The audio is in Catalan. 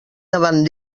davant